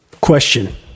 Question